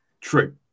True